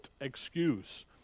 excuse